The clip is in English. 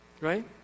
Right